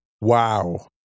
Wow